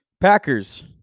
Packers